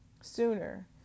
sooner